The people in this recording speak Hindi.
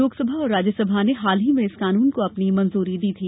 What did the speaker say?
लोकसभा और राज्यसभा ने हाल ही में इस कानून को अपनी मंजूरी दी थी